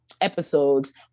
episodes